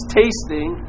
tasting